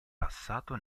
passato